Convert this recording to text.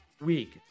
week